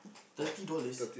thirty dollars